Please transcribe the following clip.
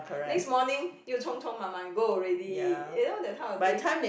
next morning 又冲冲忙忙 go already you know that type of thing